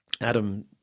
Adam